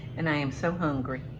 and i am so hungry.